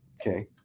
Okay